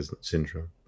syndrome